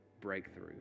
breakthrough